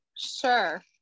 Sure